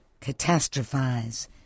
catastrophize